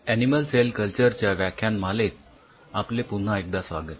animal cell culture च्या व्याख्यानमालेत आपले पुन्हा एकदा स्वागत